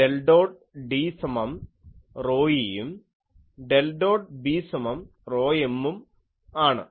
del dot D സമം ρe യും del dot B സമം ρm ഉം ആണ്